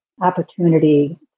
opportunity